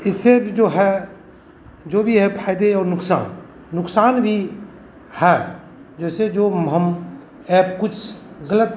इससे भी जो है जो भी है फ़ायदे और नुकसान नुकसान वी है जैसे जो हम ऐप कुछ गलत